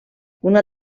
una